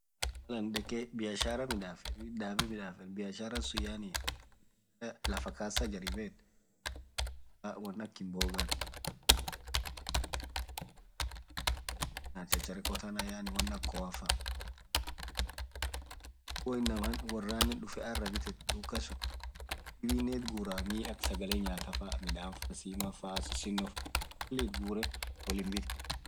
Mal ann dhekee biashara midafedh ithi dhabe midafedh biashara suun yaani lafaa kassa jaribethu thaa dhursaa wonn akaa mboga (.) won ijolee nyathu chacharekho than yaani won akaa kooafaa woo inaama worran dhufee arabithethu duka suun mii dhibinen ith guraah Mii akaa sagale nyatha thaa faa simma faa sisino faa yotee khulii ith gureee wolinn bithaa